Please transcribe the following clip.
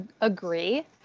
agree